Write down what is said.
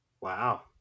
Wow